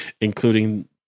including